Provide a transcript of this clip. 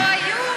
היו.